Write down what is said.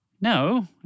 No